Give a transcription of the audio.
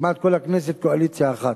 כמעט כל חברי הכנסת קואליציה אחת.